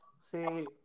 say